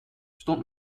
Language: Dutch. stond